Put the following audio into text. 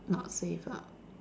not safe ah